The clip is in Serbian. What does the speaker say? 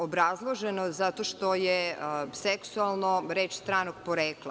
Obrazloženo je – zato što je seksualno reč stranog porekla.